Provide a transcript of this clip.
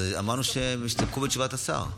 אז אמרתי שיסתפקו בתשובת השר.